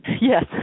Yes